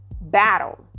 battle